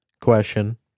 question